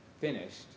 finished